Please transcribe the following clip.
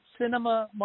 cinema